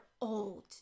old